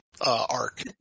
arc